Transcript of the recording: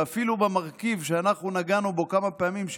ואפילו המרכיב שאנחנו נגענו בו כמה פעמים,